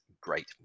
great